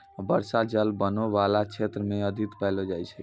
बर्षा जल बनो बाला क्षेत्र म अधिक पैलो जाय छै